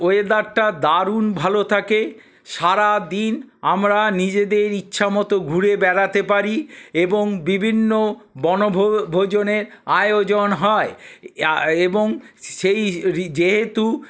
ওয়েদারটা দারুন ভালো থাকে সারা দিন আমরা নিজেদের ইচ্ছা মতো ঘুরে বেড়াতে পারি এবং বিভিন্ন বন ভোজনের আয়োজন হয় এবং সেই যেহেতু